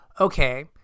okay